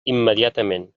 immediatament